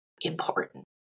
Important